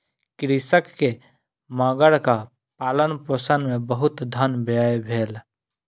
कृषक के मगरक पालनपोषण मे बहुत धन व्यय भेल